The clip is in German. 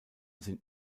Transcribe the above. sind